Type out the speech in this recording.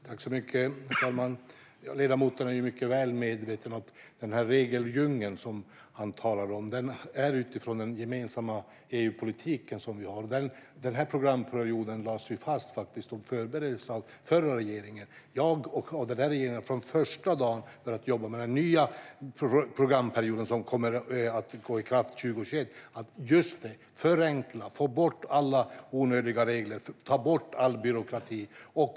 Herr talman! Ledamoten är mycket väl medveten om att regeldjungeln som han talar om är utifrån den gemensamma EU-politiken vi har. Den här programperioden lades fast och förbereddes av den förra regeringen. Den här regeringen har från första dagen börjat jobba med den nya programperiod som kommer att träda i kraft 2021. Det handlar om att förenkla, få bort alla onödiga regler och ta bort all byråkrati.